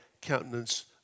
countenance